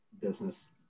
business